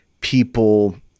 people